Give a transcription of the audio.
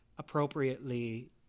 appropriately